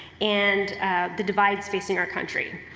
and the divides facing our country.